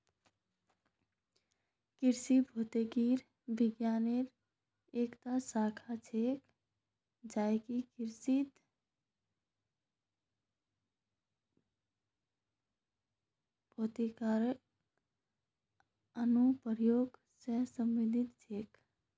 कृषि भौतिकी विज्ञानेर एकता शाखा छिके जेको कृषित भौतिकीर अनुप्रयोग स संबंधित छेक